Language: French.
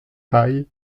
high